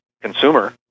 consumer